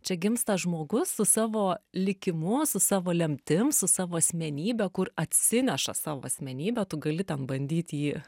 čia gimsta žmogus su savo likimu su savo lemtim su savo asmenybe kur atsineša savo asmenybę tu gali ten bandyt jį